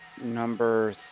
Number